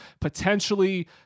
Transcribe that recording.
potentially